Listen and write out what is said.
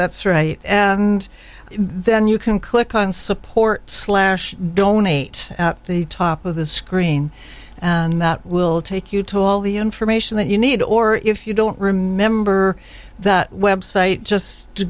that's right and then you can click on support slash donate the top of the screen and that will take you to all the information that you need or if you don't remember that website just to